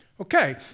Okay